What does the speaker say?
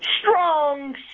Strong